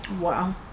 Wow